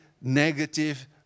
negative